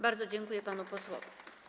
Bardzo dziękuję panu posłowi.